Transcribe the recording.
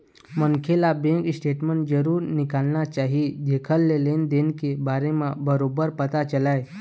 मनखे ल bank statement जरूर निकालना चाही जेखर ले लेन देन के बारे म बरोबर पता चलय